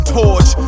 torch